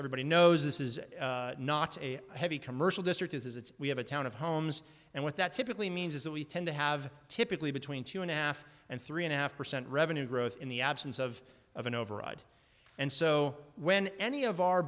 everybody knows this is not a heavy commercial district is it's we have a town of homes and what that typically means is that we tend to have typically between two and a half and three and a half percent revenue growth in the absence of of an override and so when any of our